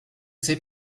sais